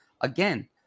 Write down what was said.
Again